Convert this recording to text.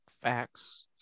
Facts